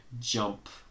jump